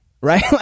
Right